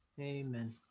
Amen